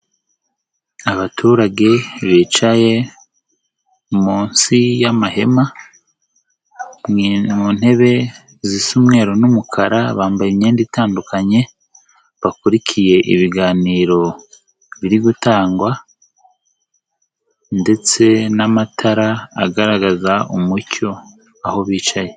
Abaturage bicaye munsi y'amahema, mu ntebe zisa umweru n'umukara, bambaye imyenda itandukanye, bakurikiye ibiganiro biri gutangwa ndetse n'amatara agaragaza umucyo aho bicaye.